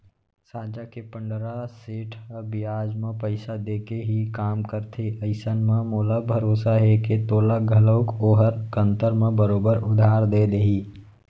साजा के पंडरा सेठ ह बियाज म पइसा देके ही काम करथे अइसन म मोला भरोसा हे के तोला घलौक ओहर कन्तर म बरोबर उधार दे देही